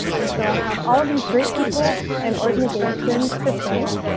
and so i have all of these great people and organizations to thank.